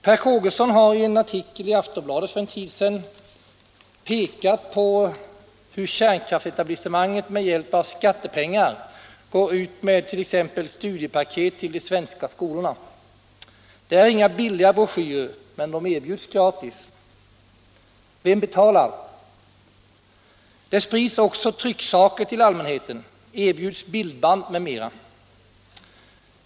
Per Kågeson har i en artikel i Aftonbladet för en tid sedan pekat på hur kärnkraftsetablissemanget med hjälp av skattepengar exempelvis går ut med studiepaket till de svenska skolorna. Det rör sig inte om några billiga broschyrer, men de erbjuds gratis. Vem betalar? Det sprids också trycksaker till allmänheten, och det erbjuds bildband m.m.